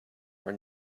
are